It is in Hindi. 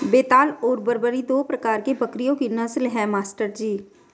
बेताल और बरबरी दो प्रकार के बकरियों की नस्ल है मास्टर जी